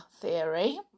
theory